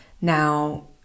Now